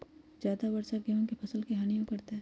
ज्यादा वर्षा गेंहू के फसल के हानियों करतै?